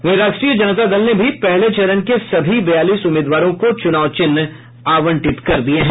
वहीं राष्ट्रीय जनता दल ने भी पहले चरण के सभी बयालीस उम्मीदवारों को चुनाव चिन्ह आवंटित कर दिया है